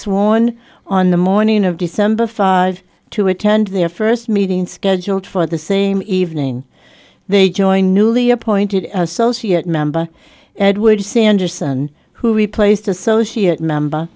sworn on the morning of december five to attend their first meeting scheduled for the same evening they join newly appointed associate member edward sanderson who replaced associate member